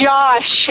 Josh